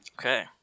Okay